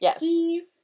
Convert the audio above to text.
Yes